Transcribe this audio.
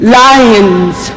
lions